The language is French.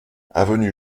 avenue